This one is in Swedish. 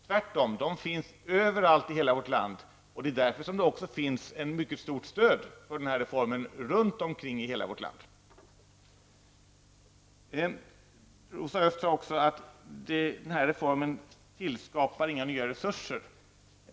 Tvärtom, de finns överallt i hela vårt land, och det är därför som det också finns ett mycket stort stöd för den här reformen runt omkring i hela landet. Rosa Östh sade också att den här reformen tillskapar inga nya resurser.